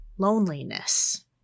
loneliness